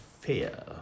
fear